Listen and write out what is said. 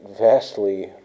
vastly